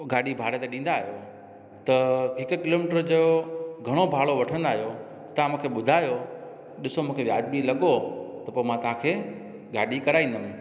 गाॾी भाड़े ते ॾींदा आहियो त हिकु किलो मीटर जो घणो भाड़ो वठिंदा आहियो तव्हां मूंखे ॿुधायो ॾिसो मूंखे वाजबी लॻो त पोइ मां तव्हांखे गाॾी कराईदमि